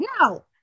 no